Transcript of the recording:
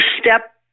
step